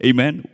Amen